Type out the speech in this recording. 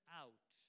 out